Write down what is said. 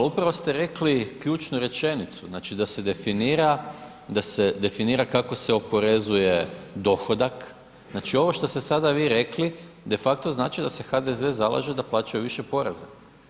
Ali upravo s te rekli ključnu rečenicu, znači da se definira, da se definira kako se oporezuje dohodak, znači ovo što ste sada vi rekli, de facto znači da se HDZ zalaže da plaćaju više poreza.